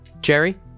Jerry